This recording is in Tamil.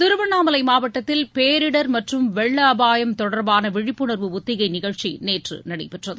திருவண்ணாமலை மாவட்டத்தில் பேரிடர் மற்றும் வெள்ள அபாய தொடர்பான விழிப்புணர்வு ஒத்திகை நிகழ்ச்சி நேற்று நடைபெற்றது